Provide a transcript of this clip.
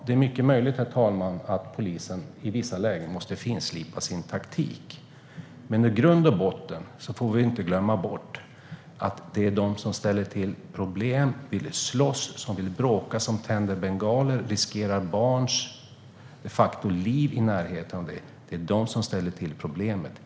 Det är mycket möjligt, herr talman, att polisen i vissa lägen måste finslipa sin taktik. Men vi får inte glömma bort att de som ställer till problem i grund och botten är de som vill slåss och bråka, de som tänder bengaler och de som de facto riskerar livet på barn i närheten.